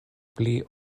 pli